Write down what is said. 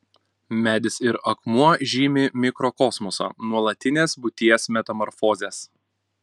medis ir akmuo žymi mikrokosmosą nuolatines būties metamorfozes